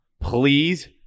please